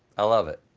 i love it.